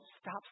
Stop